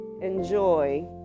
enjoy